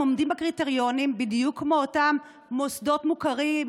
הם עומדים בקריטריונים בדיוק כמו אותם מוסדות מוכרים,